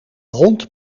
hond